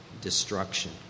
destruction